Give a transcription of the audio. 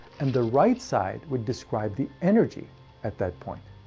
and the right side would describe the energy at that point.